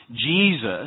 Jesus